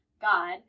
God